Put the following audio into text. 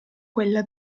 quella